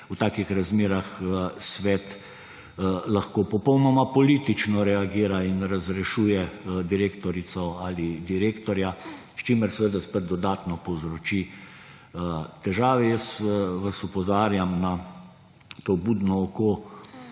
v takih razmerah Svet lahko popolnoma politično reagira in razrešuje direktorico ali direktorja, s čimer seveda spet dodatno povzroči težave. Opozarjam vas na to budno oko,